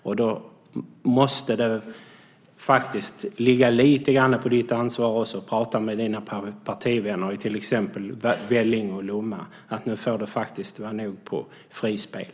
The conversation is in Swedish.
Det måste ligga också på ditt ansvar att prata med dina partivänner i till exempel Vellinge och Lomma om att det får vara nog med frispel.